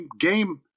game